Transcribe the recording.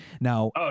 Now